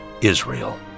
Israel